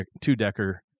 two-decker